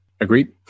Agreed